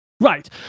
Right